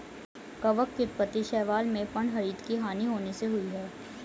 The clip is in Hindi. कवक की उत्पत्ति शैवाल में पर्णहरित की हानि होने से हुई है